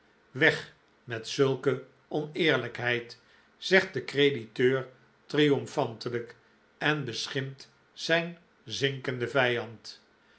weg met zulke oneerlijkheid zegt de crediteur triomfantelijk en beschimpt zijn zinkenden vijand